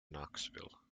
knoxville